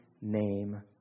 name